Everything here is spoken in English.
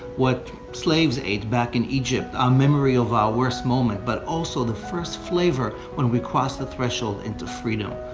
what slaves ate back in egypt, a memory of our worst moment, but also the first flavor when we crossed the threshold into freedom,